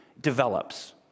develops